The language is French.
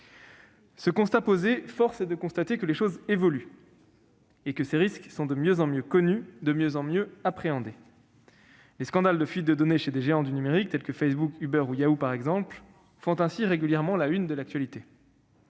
Cependant, force est de constater que les choses évoluent et que ces risques sont de mieux en mieux appréhendés. Les scandales de fuites de données chez des géants du numérique, tels que Facebook, Uber ou Yahoo, font ainsi régulièrement la une de l'actualité.